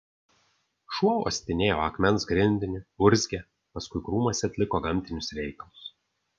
šuo uostinėjo akmens grindinį urzgė paskui krūmuose atliko gamtinius reikalus